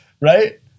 Right